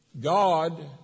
God